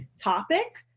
topic